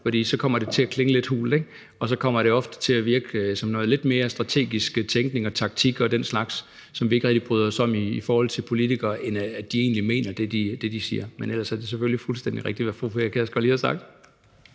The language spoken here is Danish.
for så kommer det til at klinge lidt hult, ikke? Så kommer det ofte til at virke som lidt mere strategisk tænkning og taktik og den slags, som vi ikke rigtig bryder os om i forhold til politikere, end at de egentlig mener det, de siger. Men ellers er det selvfølgelig fuldstændig rigtigt, hvad fru Pia Kjærsgaard lige har sagt.